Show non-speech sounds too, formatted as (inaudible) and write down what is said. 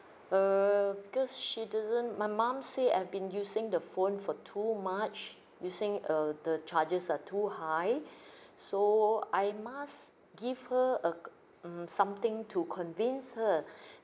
err because she doesn't my mum say I've been using the phone for too much using uh the charges uh too high (breath) so I must give her a mm something to convince her (breath)